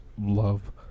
love